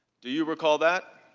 do you recall that?